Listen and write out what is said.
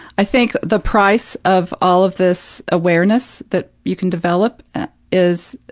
i think the price of all of this awareness that you can develop is,